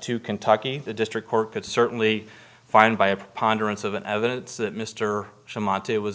to kentucky the district court could certainly find by a preponderance of evidence that mr monti was